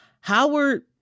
Howard